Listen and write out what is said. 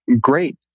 great